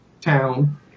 town